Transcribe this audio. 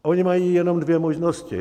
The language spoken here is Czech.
Oni mají jenom dvě možnosti.